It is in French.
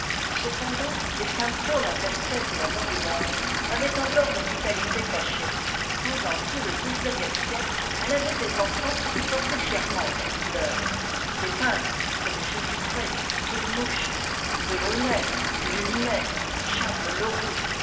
cependant des symptômes attestaient que la moribonde avait encore une vitalité cachée pendant tout le dix-neuvième siècle elle avait des enfants qui portaient fièrement ses couleurs des peintres comme j dupré toulmouche delaunay luminais charles